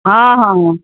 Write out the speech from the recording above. ہاں ہاں ہاں